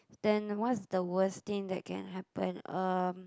then what's the worst thing that can happen um